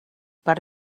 per